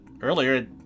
earlier